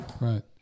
right